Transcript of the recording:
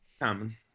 Common